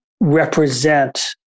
represent